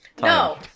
No